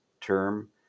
term